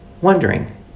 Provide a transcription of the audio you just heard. wondering